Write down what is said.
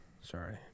sorry